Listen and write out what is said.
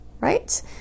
right